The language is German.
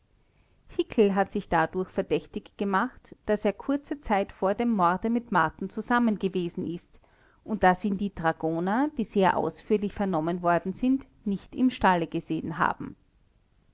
hickel hat sich dadurch verdächtig gemacht daß er kurze zeit vor dem morde mit marten zusammen gewesen ist und daß ihn die dragoner die sehr ausführlich vernommen worden sind nicht im stalle gesehen haben